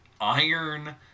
iron